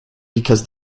because